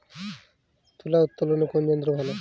তুলা উত্তোলনে কোন যন্ত্র ভালো?